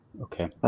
Okay